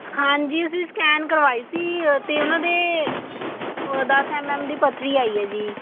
ਹਾਂਜੀ ਅਸੀਂ ਸਕੈਨ ਕਰਵਾਈ ਸੀ ਅਤੇ ਉਹਨਾਂ ਦੇ ਦਸ ਐੱਮ ਐੱਮ ਦੀ ਪੱਥਰੀ ਆਈ ਹੈ ਜੀ